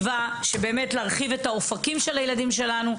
להרחיב את האופקים של הילדים שלנו,